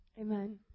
Amen